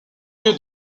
lieu